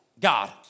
God